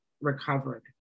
recovered